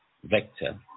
vector